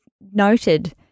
noted